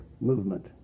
movement